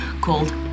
called